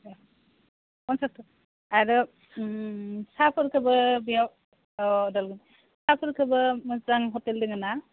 ए पन्सास आरो साहाफोरखोबो बेयाव अ साहाफोरखोबो मोजां हटेल दोङो ना